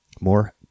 more